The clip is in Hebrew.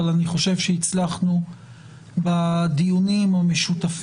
אבל אני חושב שבדיונים המשותפים,